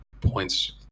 points